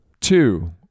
Two